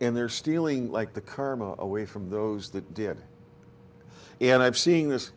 and they're stealing like the karma away from those that did and i'm seeing this